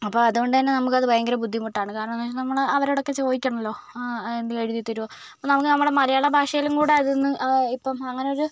അപ്പോൾ അതു കൊണ്ടു തന്നെ നമുക്ക് അത് ഭയങ്കര ബുദ്ധിമുട്ടാണ് കാരണമെന്താണെന്ന് വെച്ചാൽ നമ്മൾ അവരോടൊക്കെ ചോദിക്കണമല്ലോ എന്തെങ്കിലും എഴുതിതരുമോ അപ്പോൾ നമുക്ക് നമ്മുടെ മലയാള ഭാഷയിലും കൂടി അതൊന്ന് ഇപ്പം അങ്ങനെയൊരു